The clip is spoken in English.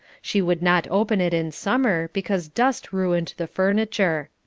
she would not open it in summer because dust ruined the furniture.